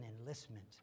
enlistment